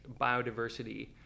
biodiversity